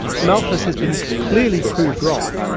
malthus has been clearly proved wrong,